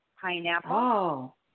pineapple